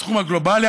הסכום הגלובלי,